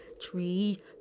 Tree